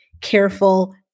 careful